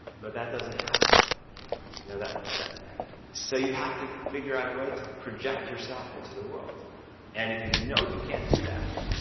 but that doesn't happen know that, so you have to figure out a way to project yourself into the world and if you know you can't do that,